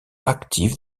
active